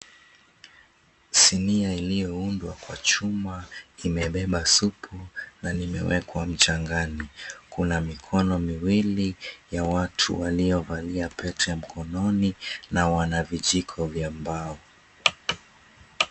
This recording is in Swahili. Sinia iliyoundwa kwa chuma imebeba supu na limewekwa mchangani. Kuna mikono miwili ya watu waliovalia pete mkononi na wana vijiko vya mbao.